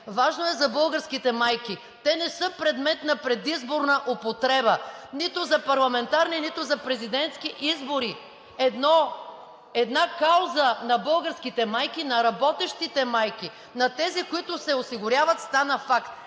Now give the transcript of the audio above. Важно е за българските майки – те не са предмет на предизборна употреба нито за парламентарни, нито за президентски избори. Една кауза на българските майки, на работещите майки, на тези, които се осигуряват, стана факт.